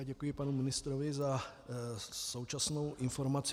Já děkuji panu ministrovi za současnou informaci.